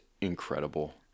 incredible